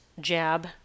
jab